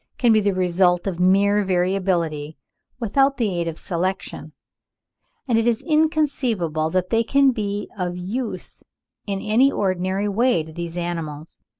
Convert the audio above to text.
can be the result of mere variability without the aid of selection and it is inconceivable that they can be of use in any ordinary way to these animals.